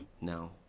no